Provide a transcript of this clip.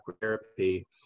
Therapy